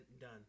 done